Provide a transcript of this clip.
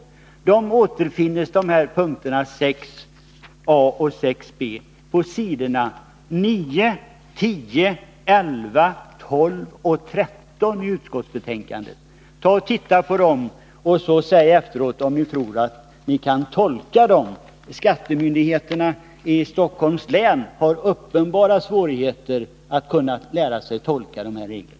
Jag rekommenderar dem till benäget studium. Jag skulle gärna vilja veta, om ni därefter anser er kunna tolka dem. Skattemyndigheterna i Stockholms län har uppenbara svårigheter att lära sig tolka dessa regler.